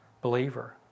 believer